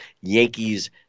yankees